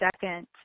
second